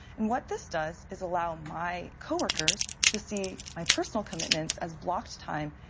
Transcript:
and what this does is allow my co-workers to see my personal commitments as blocked time,